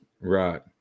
Right